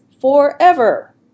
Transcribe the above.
forever